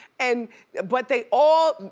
and but they all,